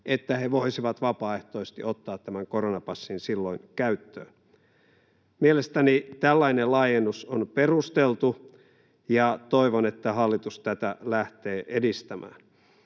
tapahtumaan vapaaehtoisesti ottaa tämän koronapassin käyttöön. Mielestäni tällainen laajennus on perusteltu, ja toivon, että hallitus tätä lähtee edistämään.